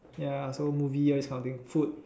ya so movie all this kind of thing food